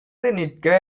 நிற்க